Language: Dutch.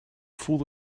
voelde